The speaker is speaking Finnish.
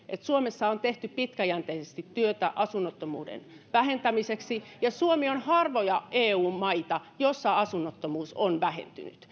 että suomessa on tehty pitkäjänteisesti työtä asunnottomuuden vähentämiseksi ja suomi on harvoja eu maita joissa asunnottomuus on vähentynyt